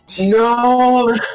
No